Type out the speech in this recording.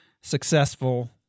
successful